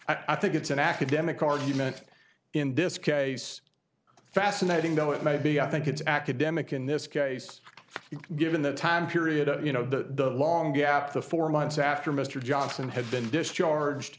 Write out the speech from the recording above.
going i think it's an academic argument in this case fascinating though it may be i think it's academic in this case given the time period you know the long gap the four months after mr johnson had been discharged